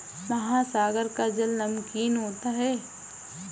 महासागर का जल नमकीन होता है